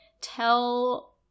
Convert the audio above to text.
tell